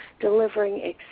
delivering